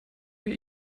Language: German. wir